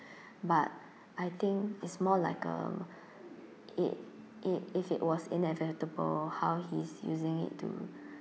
but I think it's more like um it it if it was inevitable how he's using it to